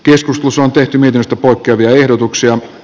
keskuskus on tehty mitasta poikkeavia ehdotuksia